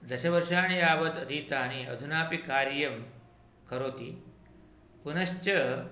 दशवर्षाणि यावत् अतीतानि अधुनापि कार्यं करोति पुनश्च